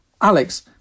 Alex